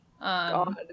God